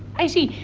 i see.